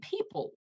people